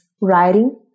writing